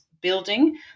building